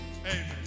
Amen